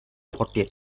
fourteen